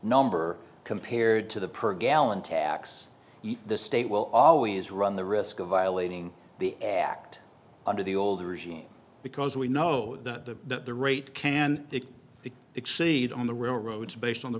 number compared to the per gallon tax the state will always run the risk of violating the act under the old regime because we know the rate can the the exceed on the railroads based on the